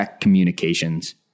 Communications